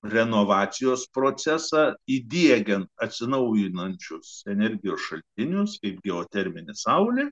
renovacijos procesą įdiegiant atsinaujinančius energijos šaltinius į geoterminį saulės